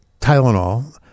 Tylenol